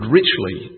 richly